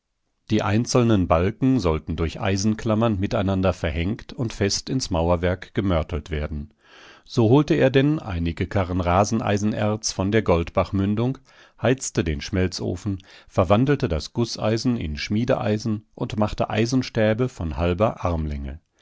die einzelnen balken sollten durch eisenklammern miteinander verhängt und fest ins mauerwerk gemörtelt werden so holte er denn einige karren raseneisenerz von der goldbachmündung heizte den schmelzofen verwandelte das gußeisen in schmiedeeisen und machte eisenstäbe von halber armlänge